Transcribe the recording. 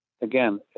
Again